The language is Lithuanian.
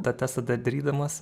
tą testą darydamas